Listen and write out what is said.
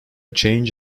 change